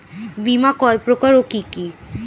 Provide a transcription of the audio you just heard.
বীমা কয় প্রকার কি কি?